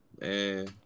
man